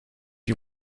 you